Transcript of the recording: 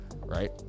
right